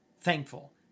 thankful